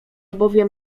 bowiem